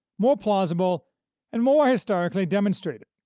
more plausible and more historically demonstrated.